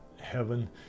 heaven